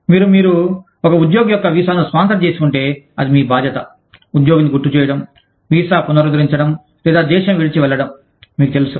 మీరు మీరు ఒక ఉద్యోగి యొక్క వీసాను స్పాన్సర్ చేసి ఉంటే అది మీ బాధ్యత ఉద్యోగిని గుర్తు చేయడం వీసా పునరుద్ధరించడం లేదా దేశం విడిచి వెళ్ళడం మీకు తెలుసు